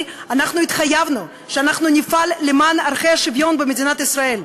התחייבנו שנפעל למען ערכי השוויון במדינת ישראל.